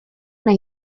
ona